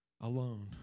alone